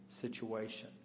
situation